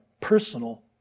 personal